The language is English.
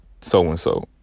so-and-so